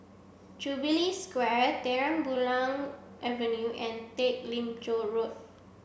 Jubilee Square Terang Bulan Avenue and Teck Lim Road